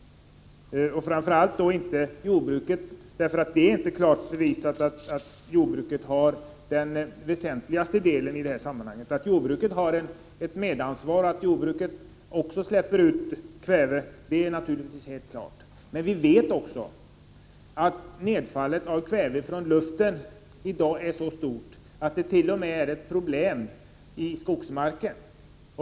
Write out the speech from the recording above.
Man kan framför allt inte straffa jordbruket, eftersom det inte är klart bevisat att jordbruket har den väsentligaste delen av ansvaret i det här sammanhanget. Att jordbruket släpper ut kväve och att det har ett medansvar är naturligtvis helt klart. Men vi vet också att nedfallet av kväve från luften i dag är så stort att det uppstår problem t.o.m. i skogsmarken.